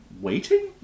waiting